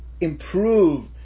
improve